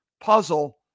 puzzle